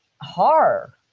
horror